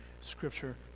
scripture